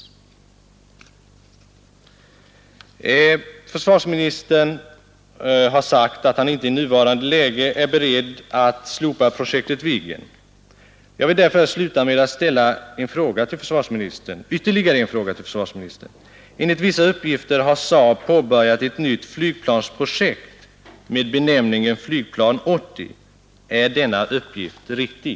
Försvarsministern har sagt att han inte i nuvarande läge är beredd att slopa projektet Viggen. Jag vill därför sluta med att ställa ytterligare en fråga till försvarsministern. Enligt vissa uppgifter har SAAB påbörjat ett nytt flygplansprojekt med benämningen Flygplan 80. Är denna uppgift riktig?